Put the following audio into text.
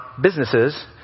businesses